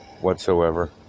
whatsoever